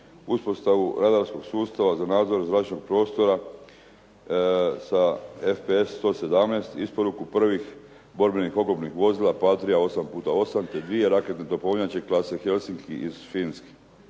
uspostavu radarskog sustava za nadzor zračnog prostora sa RPS 117 isporuku prvih borbenih oklopnih vozila …/Govornik se ne razumije./… osam puta osam, te dvije raketne topovnjače klase Helsinky iz Finske.